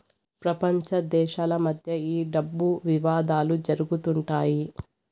ప్రపంచ దేశాల మధ్య ఈ డబ్బు వివాదాలు జరుగుతుంటాయి